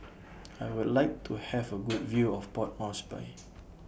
I Would like to Have A Good View of Port Moresby